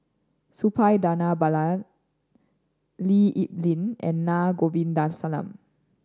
Suppiah Dhanabalan Lee Kip Lin and Na Govindasamy